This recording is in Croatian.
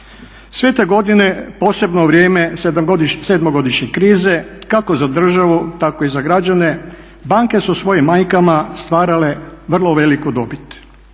Sve te godine, posebno vrijeme 7-godišnje krize kako za državu tako i za građane, banke su svojim majkama stvarale vrlo veliku dobit.